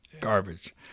garbage